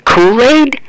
Kool-Aid